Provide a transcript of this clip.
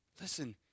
Listen